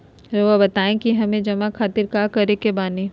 रहुआ बताइं कि हमें जमा खातिर का करे के बानी?